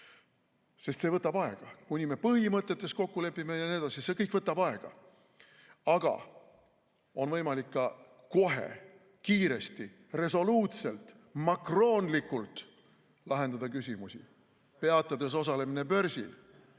sest see võtab aega, kuni me põhimõtetes kokku lepime ja nii edasi. See kõik võtab aega. Aga on võimalik ka kohe, kiiresti, resoluutselt, makroonlikult lahendada küsimusi, peatades osalemise börsil,